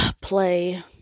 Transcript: play